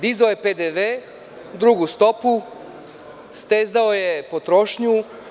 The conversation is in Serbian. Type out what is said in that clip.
Dizao je PDV, drugu stopu, stezao je potrošnju.